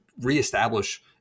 reestablish